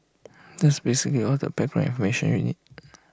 that's basically all the background information you need